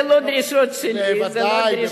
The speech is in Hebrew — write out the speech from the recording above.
זה לא דרישות שלי,